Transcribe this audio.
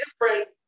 different